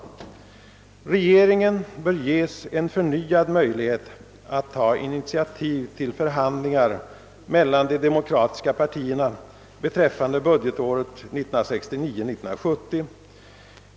Regeringen bör få en förnyad möjlighet att ta initiativ till förhandlingar mellan de demokratiska partierna beträffande budgetåret 1969/70.